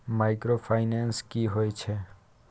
Microfinance की होय छै?